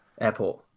Airport